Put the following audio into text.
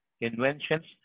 inventions